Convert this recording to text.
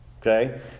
Okay